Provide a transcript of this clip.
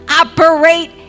operate